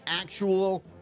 actual